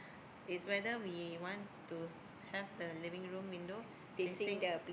is whether we want to have the living room window facing